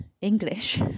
English